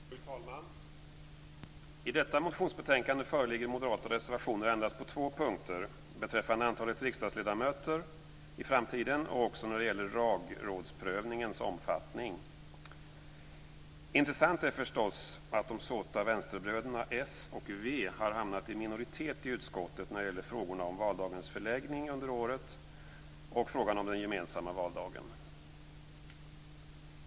Fru talman! I detta utskottsbetänkande föreligger moderata reservationer endast på två punkter: beträffande antalet riksdagsledamöter i framtiden och när det gäller lagrådsprövningens omfattning. Intressant är förstås att de såta vänsterbröderna s och v har hamnat i minoritet i utskottet när det gäller frågorna om valdagens förläggning under året och frågan om den gemensamma valdagen.